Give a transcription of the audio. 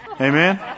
Amen